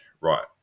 right